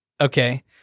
Okay